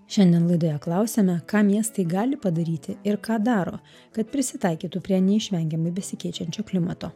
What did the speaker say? šiandien laidoje klausiame ką miestai gali padaryti ir ką daro kad prisitaikytų prie neišvengiamai besikeičiančio klimato